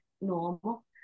normal